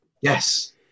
yes